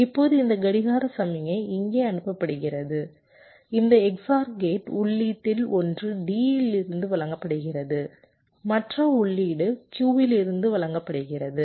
இப்போது இந்த கடிகார சமிக்ஞை இங்கே அணுப்பப்படுகிறது இந்த XOR கேட் உள்ளீட்டில் ஒன்று D இலிருந்து வழங்கப்படுகிறது மற்ற உள்ளீடு Q இலிருந்து வழங்கப்படுகிறது